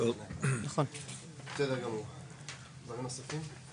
דברים נוספים?